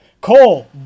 Cole